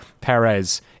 Perez